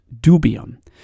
dubium